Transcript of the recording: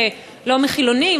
לא מחילונים,